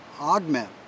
augment